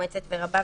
מאומצת ורבה.